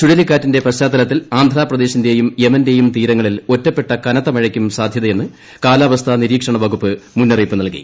ചുഴലിക്കാറ്റിന്റെ പശ്ചാത്തലത്തിൽ ആന്ധ്രാപ്രദേശിന്റെയും യമന്റെയും തീരുങ്ങളിൽ ഒറ്റപ്പെട്ട കനത്ത മഴയ്ക്കും സാധ്യതയെന്ന് കാലാവസ്സ്റ്റ് നിരീക്ഷണ വകുപ്പ് മുന്നറിയിപ്പ് നൽകി